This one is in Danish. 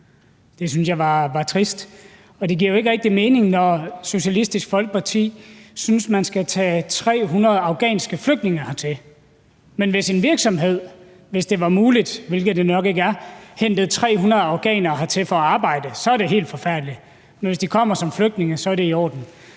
Det synes jeg var trist at høre, og det giver jo ikke rigtig mening, når Socialistisk Folkeparti synes, at man skal tage 300 afghanske flygtninge hertil. Altså, hvis en virksomhed – hvis det var muligt, hvilket det nok ikke er – hentede 300 afghanere hertil for at arbejde, så var det helt forfærdeligt, men hvis de kommer som flygtninge, er det i orden.